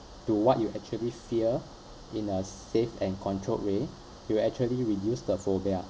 to what you actually fear in a safe and controlled way you actually reduce the phobia